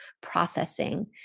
processing